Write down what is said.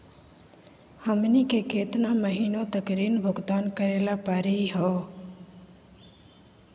हमनी के केतना महीनों तक ऋण भुगतान करेला परही हो?